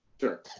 Sure